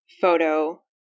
photo